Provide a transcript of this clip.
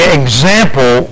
example